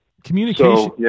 Communication